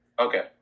Okay